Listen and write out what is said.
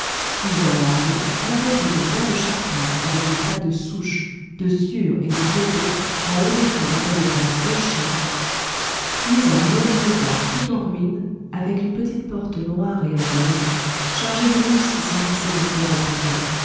puis un enclos encombré de bois de charpente avec des tas de souches de sciures et de copeaux en haut desquels aboyait un gros chien puis un long mur bas tout en ruine avec une petite porte noire et en deuil chargé de mousses qui s'emplissaient de fleurs au printemps